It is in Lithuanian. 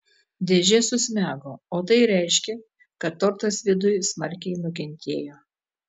dėžė susmego o tai reiškė kad tortas viduj smarkiai nukentėjo